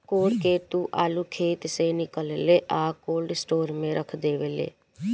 code के तू आलू खेत से निकालेलऽ आ कोल्ड स्टोर में रख डेवेलऽ